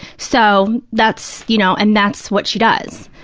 so, that's, you know, and that's what she does.